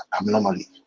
abnormally